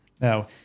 Now